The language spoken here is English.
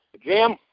Jim